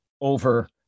over